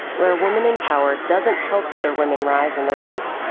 where a woman in power doesn't help other women rise in the ranks,